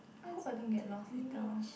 hope I don't get lost later